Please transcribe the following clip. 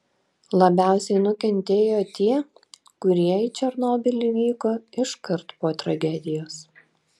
labiausiai nukentėjo tie kurie į černobylį vyko iškart po tragedijos